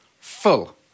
full